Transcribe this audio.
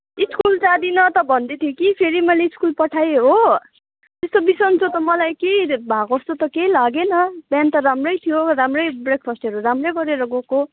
school जादिनँ त भन्दैथियो कि फेरि मैले स्कुल पठाएँ हो त्यस्तो बिसन्चो त मलाई केही भएको जस्तो त केही लागेन बिहान त राम्रै थियो राम्रै ब्रेकफास्टहरू राम्रै गरेर गएको